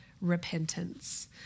repentance